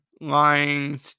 Lying